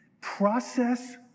process